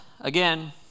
again